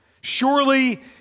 Surely